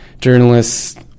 journalists